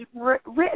written